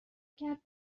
کرد